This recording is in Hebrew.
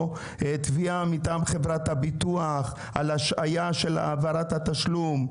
תביעה מטעם חברת הביטוח על השהיית העברת התשלום,